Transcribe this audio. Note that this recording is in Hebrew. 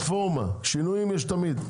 פלטפורמה, ושינויים יש תמיד.